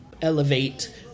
elevate